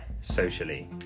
socially